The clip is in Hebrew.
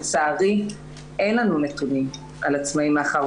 לצערי אין לנו נתונים על עצמאיים מאחר